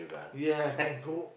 ya I can cook